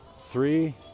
three